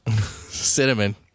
cinnamon